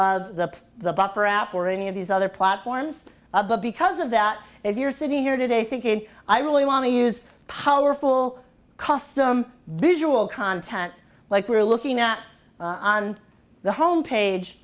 of the the buffer app or any of these other platforms but because of that if you're sitting here today thinking i really want to use powerful custom visual content like we're looking at on the home page